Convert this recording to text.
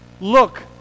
look